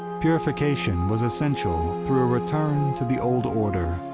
purification was essential through a return to the old order,